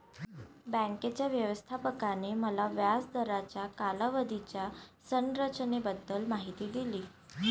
बँकेच्या व्यवस्थापकाने मला व्याज दराच्या कालावधीच्या संरचनेबद्दल माहिती दिली